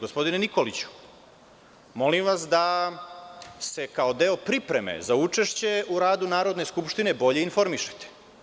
Gospodine Nikoliću, molim vas da se kao deo pripreme za učešće u radu Narodne skupštine bolje informišete.